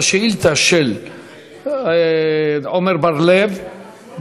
לשאילתה של עמר בר-לב,